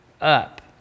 up